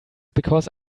because